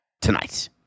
tonight